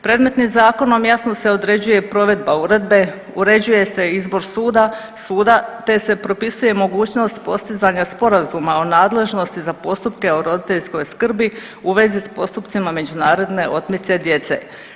Predmetnim Zakonom jasno se određuje i provedba Uredbe, uređuje se i izbor suda, suda, te se propisuje mogućnost postizanja sporazuma o nadležnosti za postupke o roditeljskoj skrbi u vezi s postupcima međunarodne otmice djece.